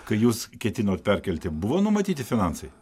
kai jūs ketinot perkelti buvo numatyti finansai